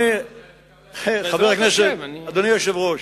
אדוני היושב-ראש,